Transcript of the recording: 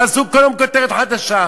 תעשו כל יום כותרת חדשה.